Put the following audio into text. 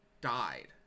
died